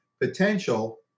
potential